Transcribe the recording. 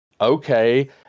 okay